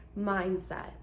mindset